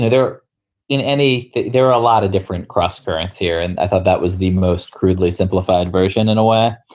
ah there in any there are a lot of different crosscurrents here. and i thought that was the most crudely simplified version in a way.